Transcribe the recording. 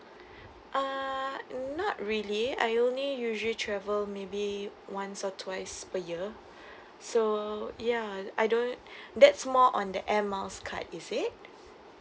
uh not really I only usually travel maybe once or twice per year so ya I don't that's more on the air miles card is it